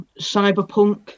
Cyberpunk